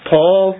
Paul